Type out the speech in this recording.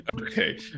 okay